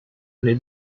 nel